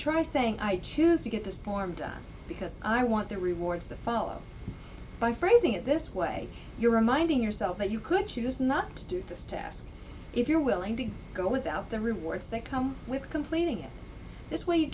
try saying i choose to get this formed because i want the rewards to follow by phrasing it this way you're reminding yourself that you could choose not to do this task if you're willing to go without the rewards that come with completing it this way you